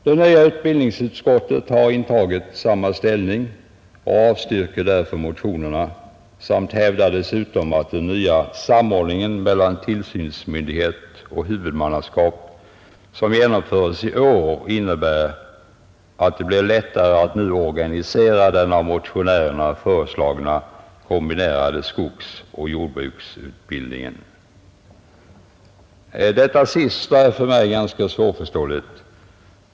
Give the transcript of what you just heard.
Det nya utbildningsutskottet har intagit samma ställning och avstyrker därför motionerna samt hävdar dessutom att den nya samordningen mellan tillsynsmyndighet och huvudmannaskap, som genomföres i år, innebär att det blir lättare att nu organisera den av motionärerna föreslagna kombinerade skogsoch jordbruksutbildningen. Detta sista är för mig ganska svårförståeligt.